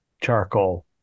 charcoal